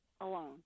alone